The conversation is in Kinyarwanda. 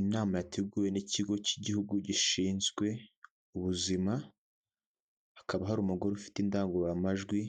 Inama yateguwe n'Ikigo cy'igihugu gishinzwe ubuzima, hakaba hari umugore ufite indangururamajwi